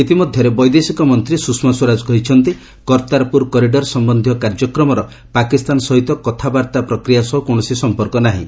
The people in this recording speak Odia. ଇତିମଧ୍ୟରେ ବୈଦେଶିକ ମନ୍ତ୍ରୀ ସୁଷମା ସ୍ୱରାଜ କହିଛନ୍ତି କର୍ତ୍ତାରପୁର କରିଡର ସମ୍ୟନ୍ଧୀୟ କାର୍ଯ୍ୟକ୍ରମର ପାକିସ୍ତାନ ସହିତ କଥାବାର୍ତ୍ତା ପ୍ରକ୍ରିୟା ସହ କୌଣସି ସମ୍ପର୍କ ନାହିଁ